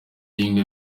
bimwe